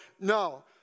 No